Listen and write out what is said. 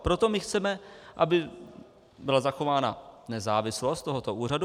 Proto my chceme, aby byla zachována nezávislost tohoto úřadu.